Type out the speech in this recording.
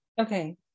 Okay